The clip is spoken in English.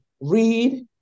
read